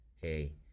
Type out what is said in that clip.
Hey